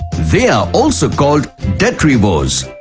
they are also called detrivores.